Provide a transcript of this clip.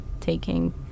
taking